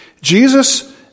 Jesus